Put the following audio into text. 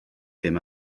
ddim